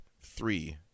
three